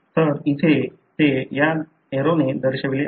तर ते इथे या एरोने दर्शविले आहे